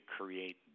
create